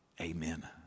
amen